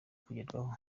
kugerwaho